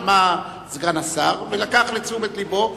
שמע סגן השר ולקח לתשומת לבו,